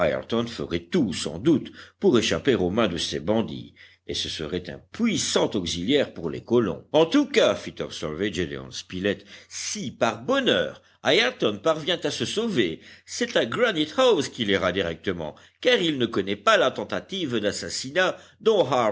ferait tout sans doute pour échapper aux mains de ces bandits et ce serait un puissant auxiliaire pour les colons en tout cas fit observer gédéon spilett si par bonheur ayrton parvient à se sauver c'est à granite house qu'il ira directement car il ne connaît pas la tentative d'assassinat dont